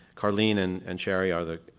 carlene and and cherry are the